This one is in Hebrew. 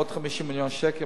עוד 50 מיליון שקל,